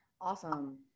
awesome